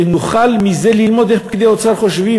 ונוכל ללמוד מזה איך פקידי האוצר חושבים